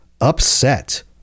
upset